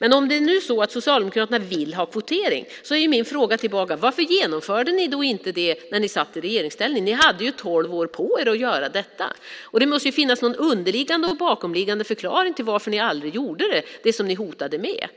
Om Socialdemokraterna nu vill ha kvotering är min fråga tillbaka: Varför genomförde ni då inte det när ni satt i regeringsställning? Ni hade ju tolv år på er att göra det. Det måste ju finnas någon underliggande och bakomliggande förklaring till att ni aldrig gjorde det som ni hotade med.